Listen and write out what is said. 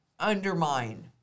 undermine